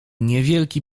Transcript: niewielki